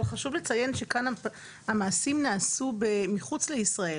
אבל חשוב לציין שגם המעשים נעשו מחוץ לישראל